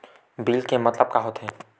Bill के मतलब का होथे?